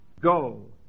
Go